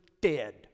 dead